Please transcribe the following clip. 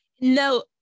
No